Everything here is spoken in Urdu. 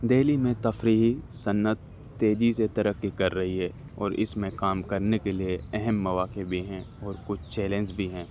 دہلی میں تفریحی صنعت تیجی سے ترقی کر رہی ہے اور اس میں کام کرنے کے لیے اہم مواقع بھی ہیں اور کچھ چیلنز بھی ہیں